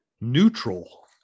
neutral